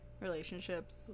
relationships